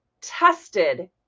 tested